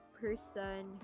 person